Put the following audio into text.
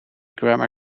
grammar